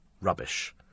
rubbish